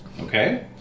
Okay